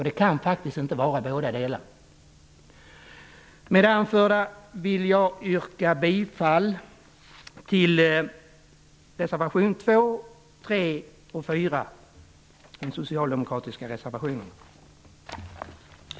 Det kan inte vara båda delarna. Jag vill med det anförda yrka bifall till de socialdemokratiska reservationerna 2, 3 och 4.